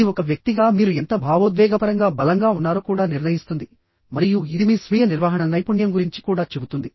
ఇది ఒక వ్యక్తిగా మీరు ఎంత భావోద్వేగపరంగా బలంగా ఉన్నారో కూడా నిర్ణయిస్తుంది మరియు ఇది మీ స్వీయ నిర్వహణ నైపుణ్యం గురించి కూడా చెబుతుంది